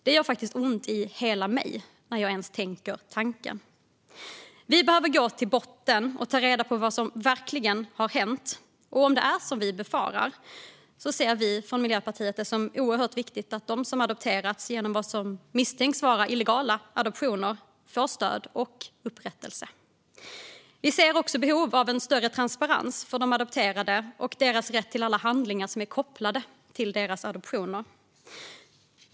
Det gör faktiskt ont i hela mig när jag ens tänker tanken. Vi behöver gå till botten med detta och ta reda på vad som verkligen har hänt. Om det är som vi befarar ser vi från Miljöpartiet det som oerhört viktigt att de som adopterats genom vad som misstänks vara illegala adoptioner får stöd och upprättelse. Vi ser också behov av en större transparens för de adopterade. De ska ha rätt till alla handlingar som är kopplade till deras adoptioner.